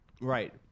Right